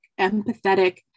empathetic